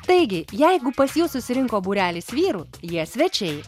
taigi jeigu pas jus susirinko būrelis vyrų jie svečiai